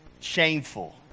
shameful